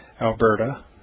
Alberta